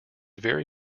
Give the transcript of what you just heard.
very